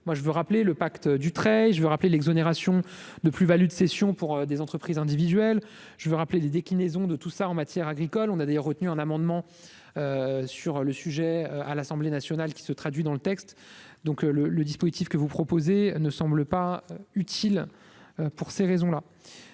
moi, je veux rappeler le pacte Dutreil je vais rappeler l'exonération de plus-values de cession pour des entreprises individuelles, je veux rappeler les déclinaisons de tout ça en matière agricole, on a d'ailleurs retenu un amendement sur le sujet à l'Assemblée nationale, qui se traduit dans le texte, donc le le dispositif que vous proposez ne semble pas utile pour ces raisons-là